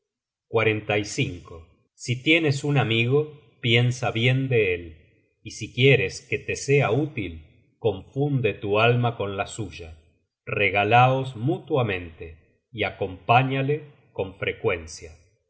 de un enemigo si tienes un amigo piensa bien de él y si quieres que te sea útil confunde tu alma con la suya regaláos mutuamente y acompáñale con frecuencia